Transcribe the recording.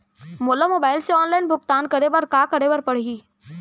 मोला मोबाइल से ऑनलाइन भुगतान करे बर का करे बर पड़ही?